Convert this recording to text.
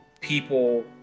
people